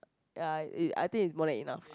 ya it I think is more than enough